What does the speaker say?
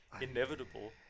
inevitable